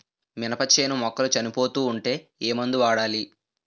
మినప చేను మొక్కలు చనిపోతూ ఉంటే ఏమందు వాడాలి?